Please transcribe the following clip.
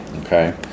Okay